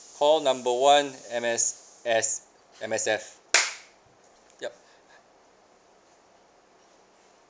call number one M_S_S M_S_F yup